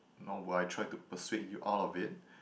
nor would I try to persuade you out of it